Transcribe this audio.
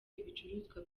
ibicuruzwa